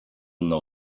nou